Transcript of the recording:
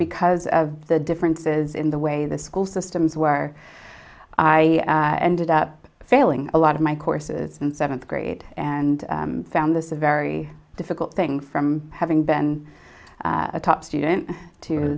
because of the differences in the way the school systems were i ended up failing a lot of my courses in seventh grade and found this a very difficult thing from having been a top student to